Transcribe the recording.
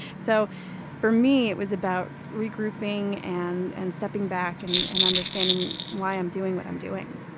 so for me it was about regrouping, and and stepping back and and understanding why i'm doing what i'm doing